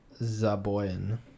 Zaboyan